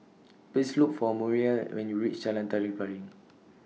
Please Look For Muriel when YOU REACH Jalan Tari Piring